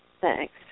Thanks